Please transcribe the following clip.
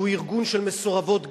שהוא ארגון של מסורבות גט,